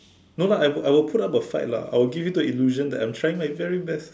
no lah I will I will put up a fight lah I will give you the illusion that I'm trying my very best